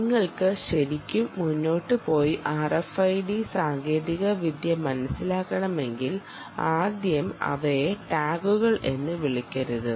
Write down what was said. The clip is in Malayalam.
നിങ്ങൾക്ക് ശരിക്കും മുന്നോട്ട് പോയി RFID സാങ്കേതികവിദ്യ മനസ്സിലാക്കണമെങ്കിൽ ആദ്യം അവയെ ടാഗുകൾ എന്ന് വിളിക്കരുത്